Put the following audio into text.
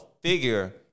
figure